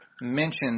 mentioned